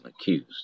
accused